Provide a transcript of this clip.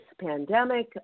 pandemic